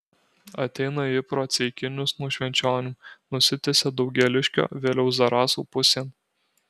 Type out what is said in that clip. ateina ji pro ceikinius nuo švenčionių nusitęsia daugėliškio vėliau zarasų pusėn